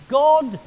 god